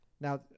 Now